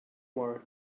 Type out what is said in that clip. more